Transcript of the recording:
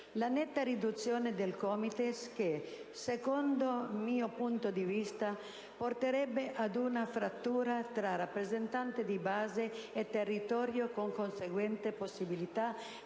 una netta riduzione del numero dei COMITES che, secondo il mio punto di vista, porterebbe ad una frattura tra rappresentanza di base e territorio, con conseguente possibilità